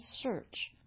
search